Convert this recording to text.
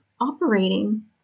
operating